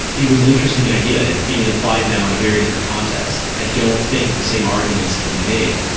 it was an interesting idea. it's being applied now in a very different context. i don't think the same arguments can be made.